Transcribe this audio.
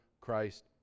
Christ